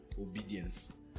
obedience